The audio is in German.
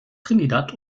trinidad